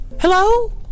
Hello